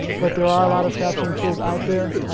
but there are a lot of caption tools out there